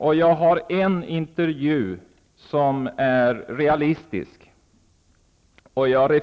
Jag vill referera en intervju som är realistisk, ett